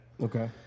Okay